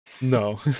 no